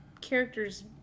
characters